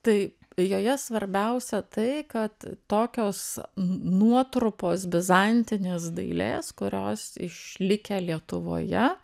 taip joje svarbiausia tai kad tokios nuotrupos bizantinės dailės kurios išlikę lietuvoje